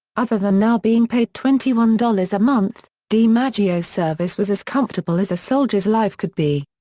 other than now being paid twenty one dollars a month, dimaggio's service was as comfortable as a soldier's life could be.